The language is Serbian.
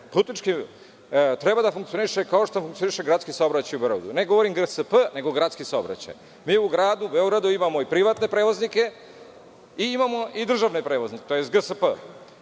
Putnički, treba da funkcioniše kao što funkcioniše gradski saobraćaj u Beogradu, ne govorim o GSP, nego o gradskom saobraćaju. Mi u gradu Beogradu imamo i privatne prevoznike i imamo i državne prevoznike, tj. GSP.I